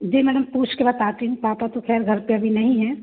जी madam पूछ के बताती हूॅं पापा तो ख़ैर घर पर अभी नहीं हैं